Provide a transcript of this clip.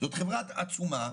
חברה עצומה.